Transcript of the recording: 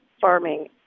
farming